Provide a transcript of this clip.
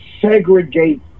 segregate